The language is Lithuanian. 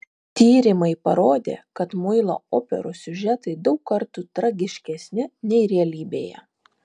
tyrimai parodė kad muilo operų siužetai daug kartų tragiškesni nei realybėje